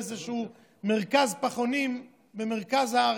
באיזשהו מרכז פחונים במרכז הארץ,